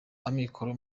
amikoro